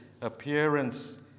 appearance